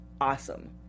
awesome